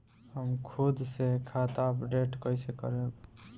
हम खुद से खाता अपडेट कइसे करब?